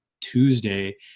Tuesday